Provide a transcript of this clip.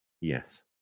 Yes